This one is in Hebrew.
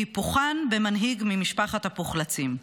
והיפוכן, במנהיג ממשפחת הפוחלצים.